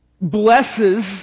blesses